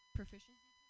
proficiency